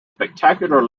spectacular